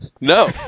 no